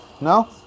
No